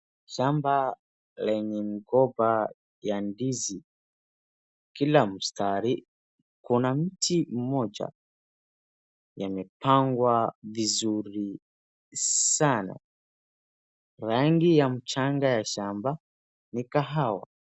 Shamba lenye migomba ya ndizi kila mstari kuna mti mmoja yamepangwa vizuri sana, rangi ya mchanga ya shamba ni kahawa,